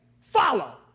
Follow